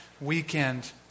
weekend